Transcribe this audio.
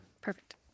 Perfect